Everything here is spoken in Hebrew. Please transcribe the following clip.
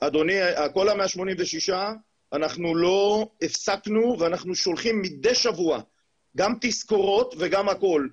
כל ה-186 אנחנו לא הפסקנו ואנחנו שולחים מדי שבוע גם תזכורות וגם הכול.